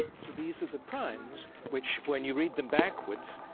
so these are the primes which, when you read them backwards,